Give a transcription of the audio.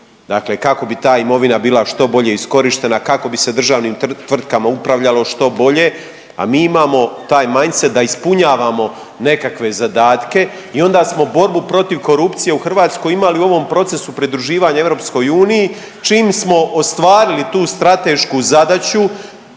dakle kako bi ta imovina bila što bolje iskorištena i kako bi se državnim tvrtkama upravljalo što bolje, a mi imamo taj mindset da ispunjavamo nekakve zadatke i onda smo borbu protiv korupcije u Hrvatskoj imali u ovom procesu pridruživanja EU, čim smo ostvarili tu stratešku zadaću